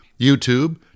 YouTube